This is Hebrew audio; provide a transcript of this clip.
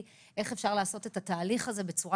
למשל